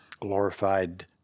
glorified